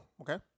Okay